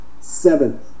seventh